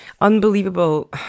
Unbelievable